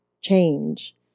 change